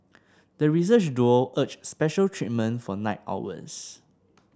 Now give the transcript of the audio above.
the research duo urged special treatment for night owls